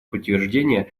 подтверждения